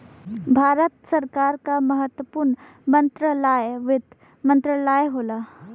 भारत सरकार क महत्वपूर्ण मंत्रालय वित्त मंत्रालय होला